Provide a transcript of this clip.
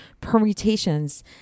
permutations